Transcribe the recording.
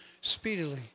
speedily